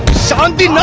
shanthi,